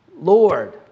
Lord